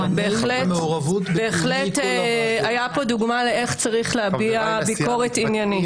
בהחלט הייתה פה דוגמה לדרך שבה צריך להביע ביקורת עניינית.